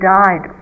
died